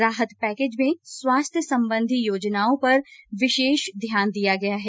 राहत पैकेज में स्वास्थ्य संबंधी योजनाओं पर विशेष ध्यान दिया गया है